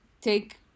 take